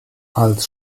als